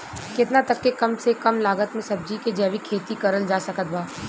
केतना तक के कम से कम लागत मे सब्जी के जैविक खेती करल जा सकत बा?